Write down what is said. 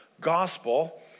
gospel